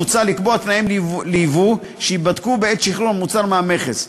מוצע לקבוע תנאים לייבוא שייבדקו בעת שחרור המוצר מהמכס,